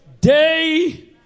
day